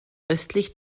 östlich